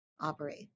operate